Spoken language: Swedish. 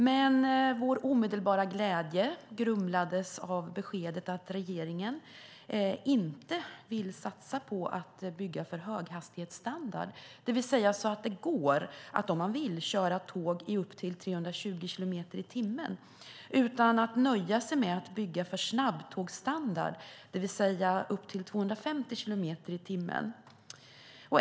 Men vår omedelbara glädje grumlades av beskedet att regeringen inte vill satsa på att bygga för höghastighetsstandard, det vill säga så att det går att om man vill köra tåg upp till 320 kilometer i timmen, utan nöjer sig med att bygga för snabbtågsstandard, det vill säga upp till 250 kilometer i timmen.